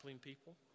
people